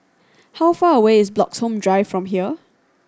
how far away is Bloxhome Drive from here